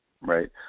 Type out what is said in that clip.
Right